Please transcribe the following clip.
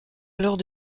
alors